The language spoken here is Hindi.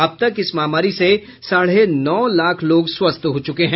अब तक इस महामारी से साढ़े नौ लाख लोग स्वस्थ हो चुके हैं